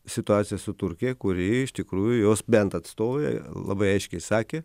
situacija su turkija kuri iš tikrųjų jos bent atstovai labai aiškiai sakė